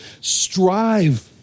strive